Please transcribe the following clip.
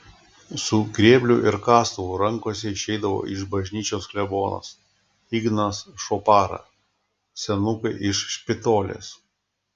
su grėbliu ir kastuvu rankose išeidavo iš bažnyčios klebonas ignas šopara senukai iš špitolės